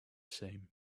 same